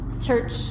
church